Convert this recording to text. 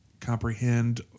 comprehend